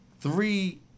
three